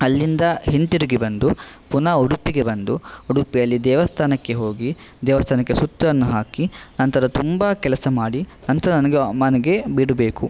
ಅಲ್ಲಿಂದ ಹಿಂತಿರುಗಿ ಬಂದು ಪುನಃ ಉಡುಪಿಗೆ ಬಂದು ಉಡುಪಿಯಲ್ಲಿ ದೇವಸ್ಥಾನಕ್ಕೆ ಹೋಗಿ ದೇವಸ್ಥಾನಕ್ಕೆ ಸುತ್ತನ್ನು ಹಾಕಿ ನಂತರ ತುಂಬ ಕೆಲಸ ಮಾಡಿ ನಂತರ ನನಗೆ ಮನೆಗೆ ಬಿಡಬೇಕು